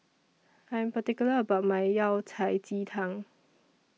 I'm particular about My Yao Cai Ji Tang